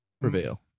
prevail